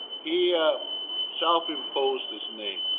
he self-imposed his name